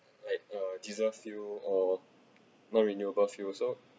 like uh diesel fuel or non-renewable fuel so